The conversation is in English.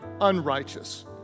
unrighteous